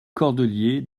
cordeliers